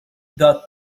dot